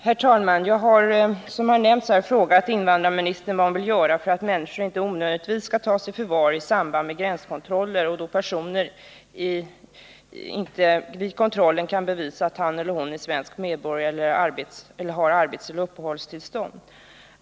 Herr talman! Jag har frågat invandrarministern vad hon vill göra för att människor inte onödigtvis skall tas i förvar i samband med gränskontroller, och då personer vid gränskontrollen inte kan bevisa att hon eller han är svensk medborgare eller har arbetsoch uppehållstillstånd.